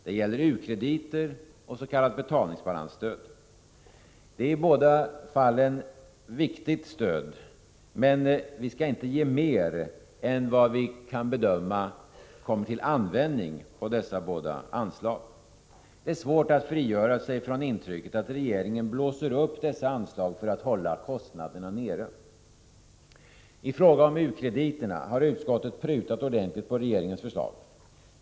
Det gäller u-krediter och s.k. betalningsbalansstöd. Båda är viktiga anslag, men vi skall inte ge mer än vad vi kan bedöma kommer till användning på dessa båda anslag. Det är svårt att frigöra sig från intrycket, att regeringen blåser upp dessa anslag för att hålla kostnaderna nere. I fråga om u-krediterna har utskottet prutat ordentligt på regeringens förslag.